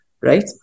right